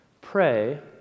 pray